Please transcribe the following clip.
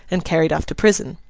and carried off to prison.